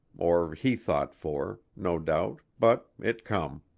or he thought for, no doubt, but it come.